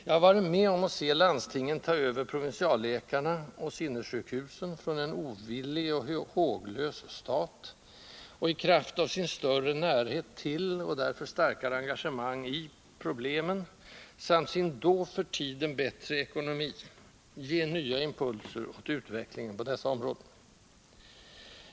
Jag har varit med om att se landstingen ta över provinsialläkarna och sinnessjukhusen från en ovillig och håglös stat och i kraft av sin större närhet till — och därför starkare engagemang i — problemen samt sin då för tiden bättre ekonomi ge nya impulser åt utvecklingen på dessa områden.